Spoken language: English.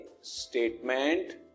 statement